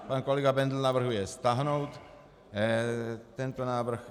Pan kolega Bendl navrhuje stáhnout tento návrh.